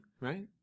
right